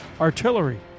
artillery